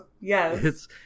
yes